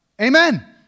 Amen